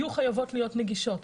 יהיו חייבות להיות נגישות.